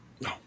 No